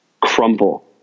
crumble